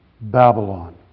Babylon